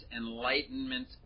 enlightenment